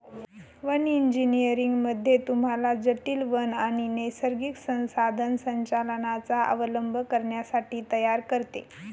one engineering मध्ये तुम्हाला जटील वन आणि नैसर्गिक संसाधन संचालनाचा अवलंब करण्यासाठी तयार करते